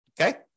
okay